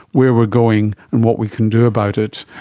where we're going and what we can do about it?